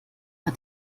hat